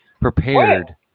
prepared